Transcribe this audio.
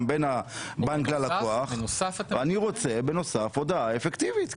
בין הבנק ללקוח ואני רוצה בנוסף הודעה אפקטיבית.